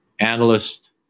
Analyst